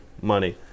Money